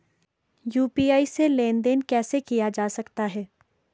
UPI से लेनदेन कैसे किया जा सकता है?